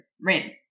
Rin